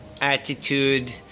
attitude